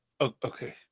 okay